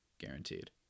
Guaranteed